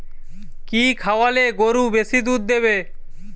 কি খাওয়ালে গরু বেশি দুধ দেবে?